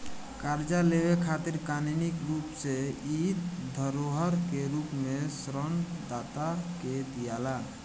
कर्जा लेवे खातिर कानूनी रूप से इ धरोहर के रूप में ऋण दाता के दियाला